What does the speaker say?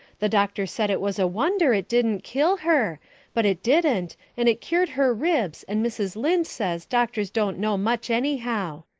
the doctor said it was a wonder it dident kill her but it dident and it cured her ribs and mrs. lynde says doctors dont know much anyhow.